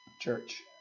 Church